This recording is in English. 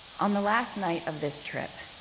on the last night of this trip,